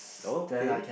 okay